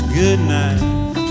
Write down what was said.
goodnight